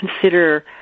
consider